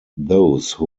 those